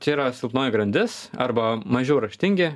čia yra silpnoji grandis arba mažiau raštingi